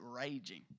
raging